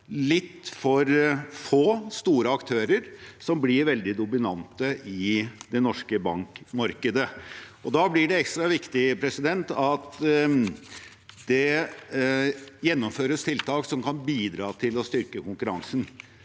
litt for få, store aktører, som blir veldig dominante i det norske bankmarkedet. Da blir det ekstra viktig at det gjennomføres tiltak som kan bidra til å styrke konkurransen.